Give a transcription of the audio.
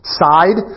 side